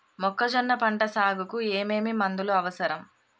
మొక్కజొన్న పంట సాగుకు ఏమేమి మందులు అవసరం?